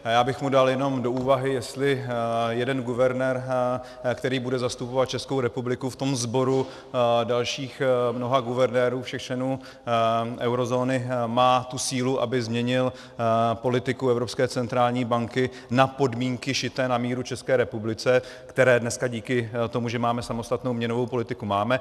A já bych mu dal jenom do úvahy, jestli jeden guvernér, který bude zastupovat Českou republiku ve sboru dalších mnoha guvernérů všech členů eurozóny, má tu sílu, aby změnil politiku Evropské centrální banky na podmínky šité na míru České republice, které dneska díky tomu, že máme samostatnou měnovou politiku, máme.